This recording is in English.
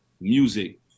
music